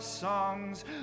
songs